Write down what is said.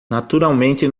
naturalmente